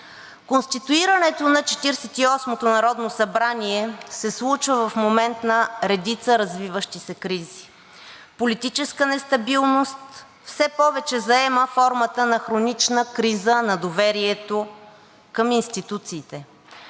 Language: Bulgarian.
Четиридесет и осмото народно събрание се случва в момент на редица развиващи се кризи. Политическата нестабилност все повече заема формата на хронична криза на доверието към институциите.